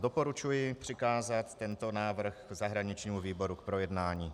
Doporučuji přikázat tento návrh zahraničnímu výboru k projednání.